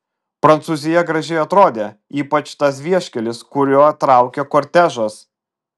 prancūzija gražiai atrodė ypač tas vieškelis kuriuo traukė kortežas